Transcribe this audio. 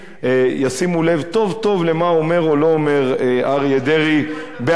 ישימו לב טוב טוב למה שאומר או לא אומר אריה דרעי באמירותיו.